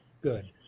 good